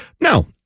no